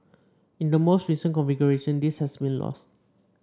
in the more recent configuration this has been lost